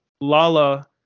Lala